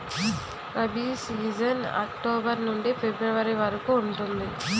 rabi season October నుండి February వరకు ఉంటుంది